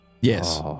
Yes